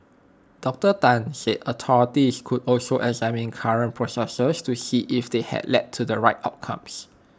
Doctor Tan said authorities could also examine current processes to see if they have led to the right outcomes